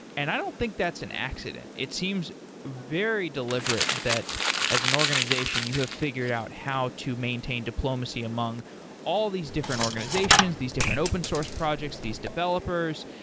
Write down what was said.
and i don't think that's an accident. it seems very deliberate that as an organization, you have figured out how to maintain diplomacy among all these different organizations, these different open source projects, these developers.